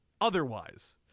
Otherwise